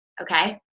okay